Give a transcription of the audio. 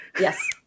Yes